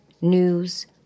news